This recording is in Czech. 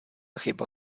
chyba